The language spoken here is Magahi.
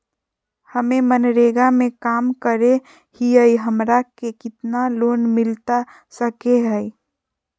हमे मनरेगा में काम करे हियई, हमरा के कितना लोन मिलता सके हई?